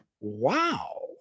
Wow